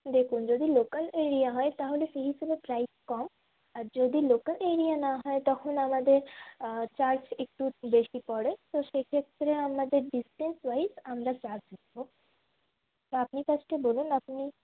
দেখুন যদি local area হয় তাহলে সেই হিসেবে প্রাইজ কম আর যদি লোকাল এরিয়া না হয় তখন আমাদের চার্জ একটু বেশি পড়ে তো সেক্ষেত্রে আমাদের ডিস্ট্যান্স ওয়াইজ আমরা চার্জ নেব তা আপনি ফার্স্টে বলুন আপনি